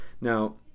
now